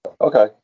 Okay